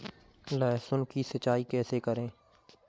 लहसुन की सिंचाई कैसे करें?